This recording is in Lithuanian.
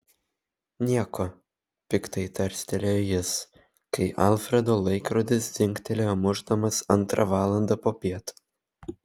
nieko piktai tarstelėjo jis kai alfredo laikrodis dzingtelėjo mušdamas antrą valandą popiet